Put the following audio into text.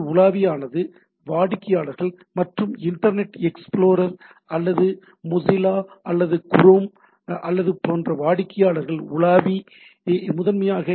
உலாவி ஆனது வாடிக்கையாளர்கள் மற்றும் இன்டர்நெட் எக்ஸ்ப்ளோரர் அல்லது மொஸில்லா அல்லது குரோம் அல்லது போன்ற வாடிக்கையாளர்கள் உலாவி முதன்மையாக ஹெச்